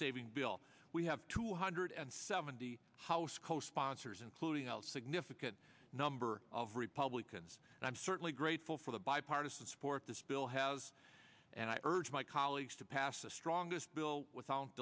saving bill we have two hundred and seventy house co sponsors including al significant number of republicans and i'm certainly grateful for the bipartisan support this bill has and i urge my colleagues to pass the strongest bill without